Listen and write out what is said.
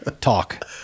talk